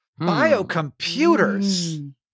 Biocomputers